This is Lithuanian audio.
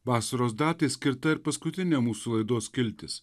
vasaros datai skirta ir paskutinė mūsų laidos skiltis